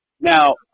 Now